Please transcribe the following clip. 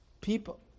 people